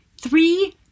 three